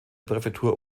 präfektur